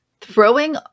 throwing